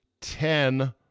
ten